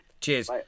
Cheers